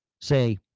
Say